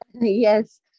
Yes